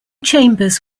chambers